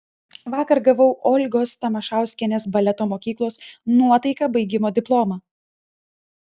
vakar gavau olgos tamašauskienės baleto mokyklos nuotaika baigimo diplomą